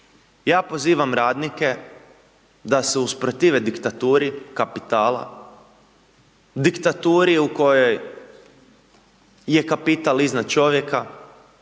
Ja pozivam radnike, da se usprotive diktaturi kapitala, diktaturi u kojoj je kapital iznad čovjeka,